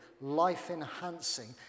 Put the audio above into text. life-enhancing